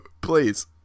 please